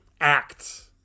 act